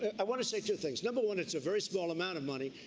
i want to say two things. number one, it's a very small amount of money.